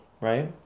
right